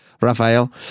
Rafael